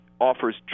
offers